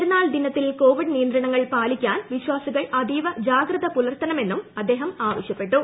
പെരുന്നാൾ ദിനത്തിൽ കോവിഡ് നിയന്ത്രണങ്ങൾ പാലിക്ക്ട്ട്ടൻ വിശ്വാസികൾ അതീവ ജാഗ്രത പുലർത്തണമെന്നും അദ്ദേഹ്കൃആവശ്യപ്പെട്ടു